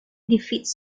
defeats